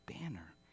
banner